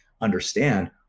understand